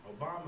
Obama